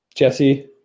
jesse